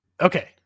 Okay